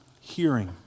hearing